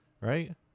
right